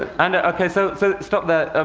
and, ok, so so stop there.